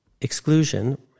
exclusion